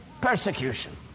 persecution